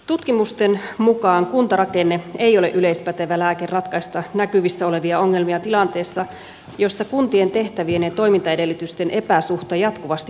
tutkimusten mukaan kuntarakenne ei ole yleispätevä lääke ratkaista näkyvissä olevia ongelmia tilanteessa jossa kuntien tehtävien ja toimintaedellytysten epäsuhta jatkuvasti kasvaa